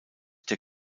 der